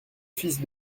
fils